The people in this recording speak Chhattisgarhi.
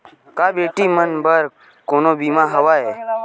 का बेटी मन बर कोनो बीमा हवय?